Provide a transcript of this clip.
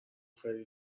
خیلی